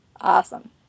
Awesome